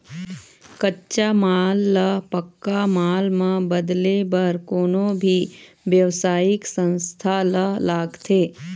कच्चा माल ल पक्का माल म बदले बर कोनो भी बेवसायिक संस्था ल लागथे